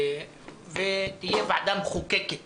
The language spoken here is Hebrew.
תהיה ועדה מחוקקת